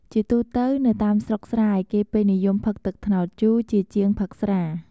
ជាទូទៅនៅតាមស្រុកស្រែ គេពេញនិយមផឹកទឹកត្នោតជូរ ជាជាងផឹកស្រា។